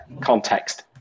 context